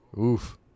Oof